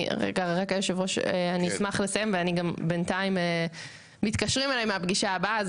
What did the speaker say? כבוד יושב הראש אני אשמח לסיים ובינתיים מתקשרים אליי מהפגישה הבאה,